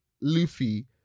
Luffy